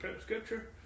scripture